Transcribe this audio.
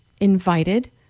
invited